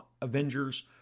Avengers